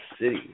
City